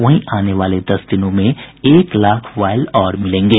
वहीं आने वाले दस दिनों में एक लाख वायल और मिलेंगे